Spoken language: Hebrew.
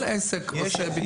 כל עסק עושה ביטוח.